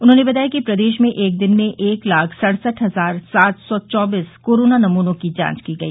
उन्होंने बताया कि प्रदेश में एक दिन में एक लाख अड़सठ हजार सात सौ चौबीस कोरोना नमुनों की जांच की गई